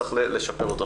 צריך לשפר אותו.